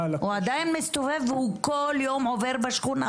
הוא עדיין מסתובב, והוא כל יום עובר בשכונה.